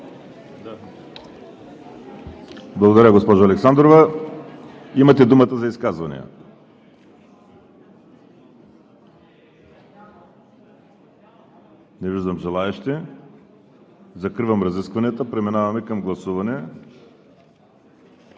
Благодаря, госпожо Александрова. Имате думата за изказвания. Не виждам желаещи. Закривам разискванията. Преминаваме към гласуване.